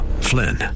Flynn